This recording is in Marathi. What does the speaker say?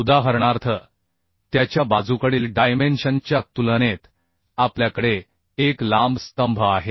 उदाहरणार्थ त्याच्या बाजूकडील डायमेन्शन च्या तुलनेत आपल्याकडे एक लांब स्तंभ आहे